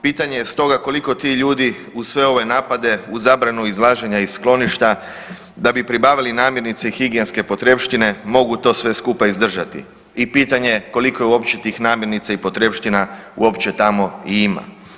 Pitanje je stoga, koliko ti ljudi uz sve ove napade, uz zabranu izlaženja iz skloništa, da bi pribavili namirnice i higijenske potrepštine, mogu to sve skupa izdržati i pitanje je koliko je uopće tih namirnica i potrepština uopće tamo i ima.